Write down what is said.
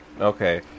Okay